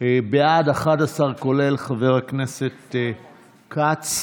בעד, 11, כולל חבר הכנסת כץ,